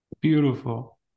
beautiful